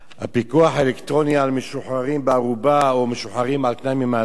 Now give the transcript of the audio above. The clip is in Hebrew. הפיקוח האלקטרוני על משוחררים בערובה או משוחררים על-תנאי ממאסר